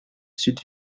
sud